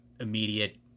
immediate